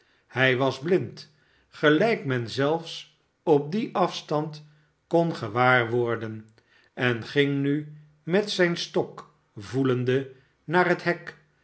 hij was blind gelijk men zelfs op dien afstand kon gewaar worden en ging nu met zijn stok voelende naar het hek